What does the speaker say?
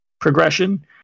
progression